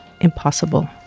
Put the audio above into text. impossible